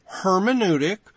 hermeneutic